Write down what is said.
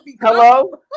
hello